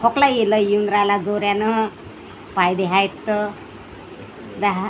खोकलाही लई येऊन राहिला जोरानं फायदे आहेत तर दहा